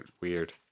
Weird